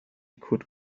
could